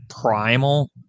primal